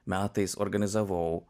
metais organizavau